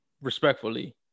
respectfully